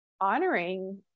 honoring